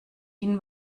ihnen